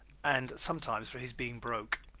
and sometimes for his being broke.